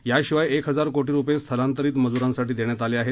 याशिवाय एक हजार कोटी रुपये स्थलांतरित मजुरांसाठी देण्यात आले आहेत